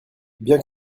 bien